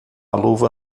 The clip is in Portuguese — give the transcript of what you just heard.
luva